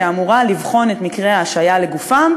שאמורה לבחון את מקרי ההשעיה לגופם.